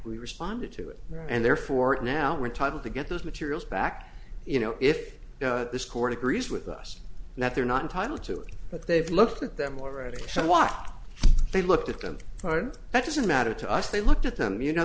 responded to it and therefore it now we're title to get those materials back you know if this court agrees with us that they're not entitled to it but they've looked at them already somewhat they looked at them hard that doesn't matter to us they looked at them you know